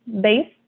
base